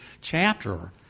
chapter